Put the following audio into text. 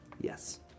Yes